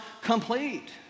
complete